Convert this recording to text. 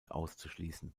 auszuschließen